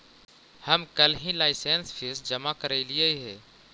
हम कलहही licence fee जमा करयलियइ हे